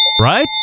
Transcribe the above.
right